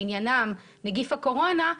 שעניינם נגיף הקורונה,